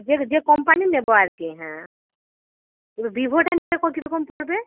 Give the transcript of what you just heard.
যে যে কম্পানির নেবো আর কি হ্যাঁ এবার ভিভোটা নিলে ক কীরকম পড়বে